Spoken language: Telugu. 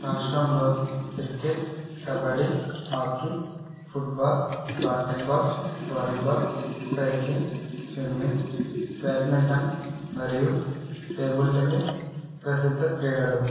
రాష్ట్రంలో cricket kabaddi hockey football basketball volleyball cycling swimming badminton మరియు టేబుల్ టెన్నిస్ ప్రసిద్ధ క్రీడలు